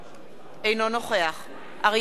אינו נוכח אריה ביבי,